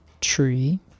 tree